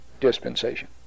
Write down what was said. dispensation